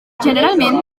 generalment